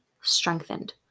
strengthened